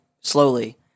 slowly